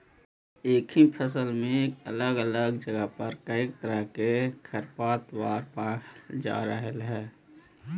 एक ही फसल में अलग अलग जगह पर कईक तरह के खरपतवार पायल जा हई